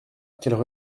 qu’elle